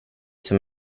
som